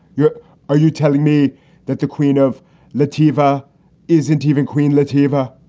you're are you telling me that the queen of latifah isn't even queen latifah?